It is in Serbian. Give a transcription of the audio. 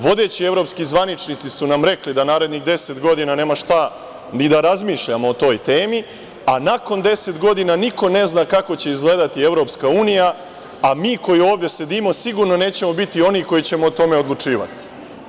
Vodeći evropski zvaničnici su nam rekli da narednih 10 godina nema šta ni da razmišljamo o toj temi, a nakon deset godina niko ne zna kako će izgledati EU, a mi koji ovde sedimo sigurno nećemo biti oni koji ćemo o tome odlučivati.